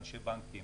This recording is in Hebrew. אנשי בנקים,